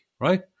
Right